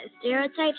stereotypes